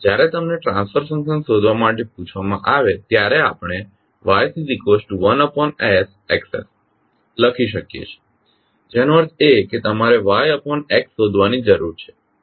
જ્યારે તમને transfer function શોધવા માટે પૂછવામાં આવે ત્યારે આપણે Ys1sXs લખી શકીએ છીએ જેનો અર્થ એ કે તમારે YX શોધવાની જરૂર છે